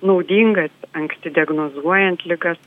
naudingas anksti diagnozuojant ligas